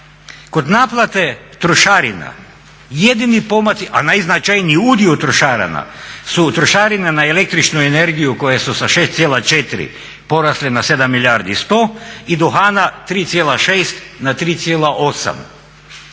kod naplate trošarina jedini pomaci, a najznačajniji udio trošarina su trošarine na električnu energiju koje su sa 6,4 porasle na 7 milijardi i 100 i duhana 3,6 na 3,8.